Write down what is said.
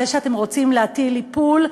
זה שאתם רוצים להטיל איפול,